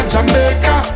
Jamaica